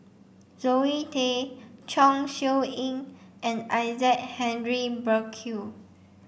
Zoe Tay Chong Siew Ying and Isaac Henry Burkill